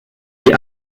les